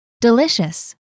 Delicious